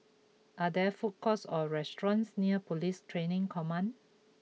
are there food courts or restaurants near Police Training Command